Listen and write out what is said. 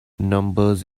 numbers